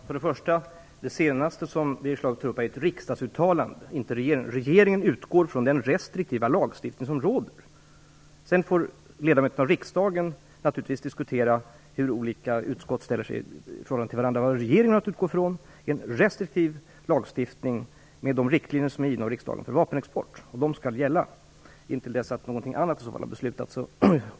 Herr talman! Det som Birger Schlaug tog upp var ett riksdagsuttalande, inte ett regeringsuttalande. Regeringen utgår från den restriktiva lagstiftning som råder. Sedan får ledamöterna av riksdagen naturligtvis diskutera hur olika utskott ställer sig i förhållande till varandra. Vad regeringen har att utgå från är en restriktiv lagstiftning med de riktlinjer för vapenexport som är givna av riksdagen. Den skall gälla intill dess att något annat beslutas.